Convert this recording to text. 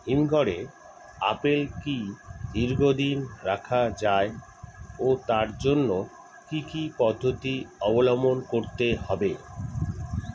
হিমঘরে আপেল কি দীর্ঘদিন রাখা যায় ও তার জন্য কি কি পদ্ধতি অবলম্বন করতে হবে?